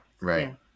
Right